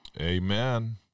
amen